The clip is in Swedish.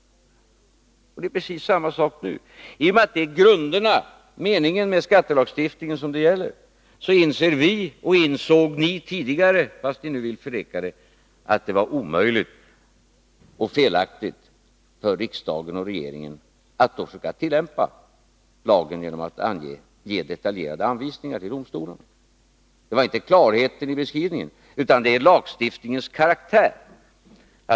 Det är fråga om precis samma sak nu. I och med att det gäller grunderna, meningen med skattelagstiftningen, inser vi — och insåg ni tidigare, fastän ni nu vill förneka det — att det var omöjligt för och felaktigt av riksdagen och regeringen att försöka tillämpa lagen genom att ge detaljerade anvisningar till domstolarna. Det handlar inte om klarheten i beskrivningen utan om lagstiftningens karaktär.